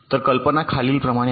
तर कल्पना खालीलप्रमाणे आहे